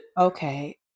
okay